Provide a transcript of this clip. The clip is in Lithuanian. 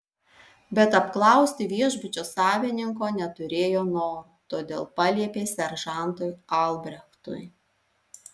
bet apklausti viešbučio savininko neturėjo noro todėl paliepė seržantui albrechtui